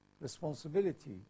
responsibility